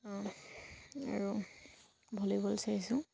আৰু ভলীবল চাইছোঁ